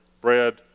bread